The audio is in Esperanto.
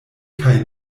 kaj